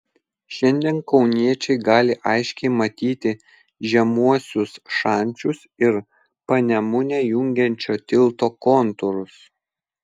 šiandien kauniečiai gali aiškiai matyti žemuosius šančius ir panemunę jungiančio tilto kontūrus